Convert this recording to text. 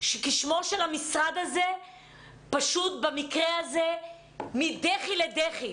של המשרד הזה במקרה הזה מדחי לדחי.